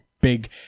big